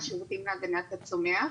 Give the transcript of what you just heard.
מהשירותים להגנת הצומח,